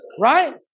right